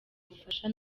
bufasha